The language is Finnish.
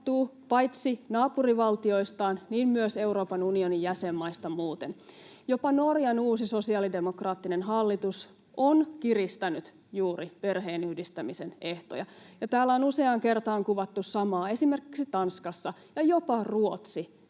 paitsi naapurivaltioistaan myös Euroopan unionin jäsenmaista muuten. Jopa Norjan uusi sosiaalidemokraattinen hallitus on kiristänyt juuri perheenyhdistämisen ehtoja, ja täällä on useaan kertaan kuvattu samaa esimerkiksi Tanskan osalta, ja jopa Ruotsi